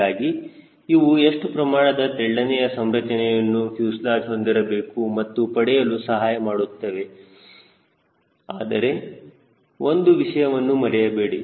ಹೀಗಾಗಿ ಇವು ಎಷ್ಟು ಪ್ರಮಾಣದ ತೆಳ್ಳನೆಯ ಸಂರಚನೆಯನ್ನು ಫ್ಯೂಸೆಲಾಜ್ ಹೊಂದಿರಬೇಕು ಎಂದು ಪಡೆಯಲು ಸಹಾಯಮಾಡುತ್ತವೆ ಆದರೆ ಒಂದು ವಿಷಯವನ್ನು ಮರೆಯಬೇಡಿ